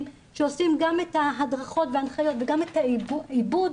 שעושים את ההדרכות וההנחיות וגם את העיבוד